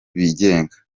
bigenga